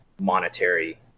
monetary